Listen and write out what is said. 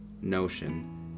notion